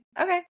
okay